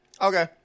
Okay